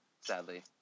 sadly